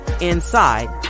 inside